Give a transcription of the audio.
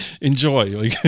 enjoy